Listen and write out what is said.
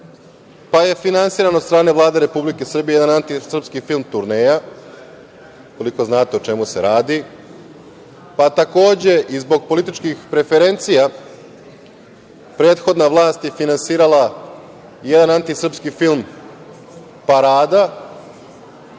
pa je finansiran od strane Vlade Republike Srbije jedan antisrpski film „Turneja“, ukoliko znate o čemu se radi, pa takođe i zbog političkih preferencija prethodna vlast je finansirala jedan antisrpski film „Parada“